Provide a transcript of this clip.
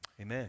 Amen